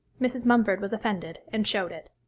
mrs. mumford was offended, and showed it.